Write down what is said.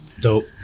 Dope